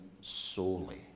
solely